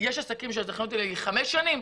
יש עסקים שהזכיינות היא לחמש שנים,